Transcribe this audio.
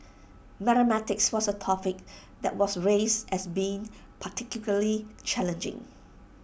mathematics was A topic that was raised as being particularly challenging